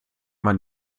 man